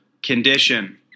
condition